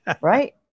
Right